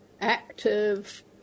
active